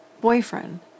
boyfriend